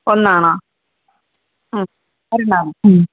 ഒന്നാണ് ഒന്ന്